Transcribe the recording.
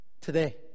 today